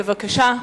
בבקשה.